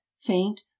faint